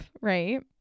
right